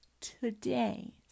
today